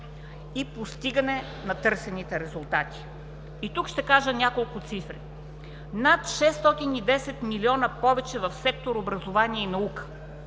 и постигане на търсените резултати. Тук ще кажа няколко цифри. Над 610 милиона повече в сектор „Образование и наука“,